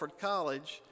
College